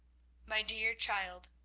my dear child,